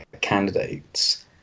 candidates